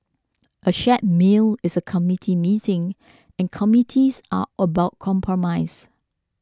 a shared meal is a committee meeting and committees are about compromise